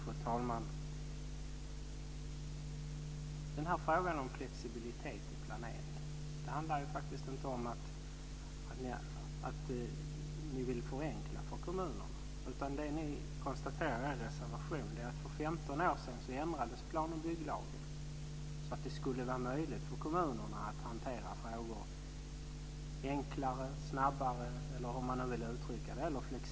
Fru talman! Frågan om flexibilitet i planeringen handlar faktiskt inte om att ni vill förenkla för kommunerna. I er reservation konstaterar ni att för 15 år sedan ändrades plan och bygglagen så att det skulle vara möjligt för kommunerna att hantera frågor enklare, snabbare eller flexiblare.